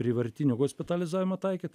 prievartinį hospitalizavimą taikyt